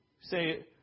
Say